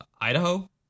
Idaho